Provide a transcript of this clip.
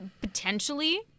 potentially